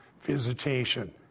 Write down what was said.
visitation